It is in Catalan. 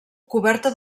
coberta